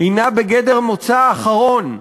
הנה בגדר מוצא אחרון,